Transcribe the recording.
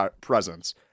presence